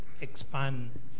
expand